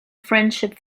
friendship